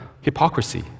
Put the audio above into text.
hypocrisy